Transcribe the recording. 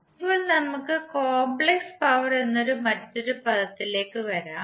ഇപ്പോൾ നമുക്ക് complex power എന്ന മറ്റൊരു പദത്തിലേക്ക് വരാം